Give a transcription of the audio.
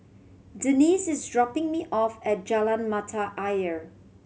Denis is dropping me off at Jalan Mata Ayer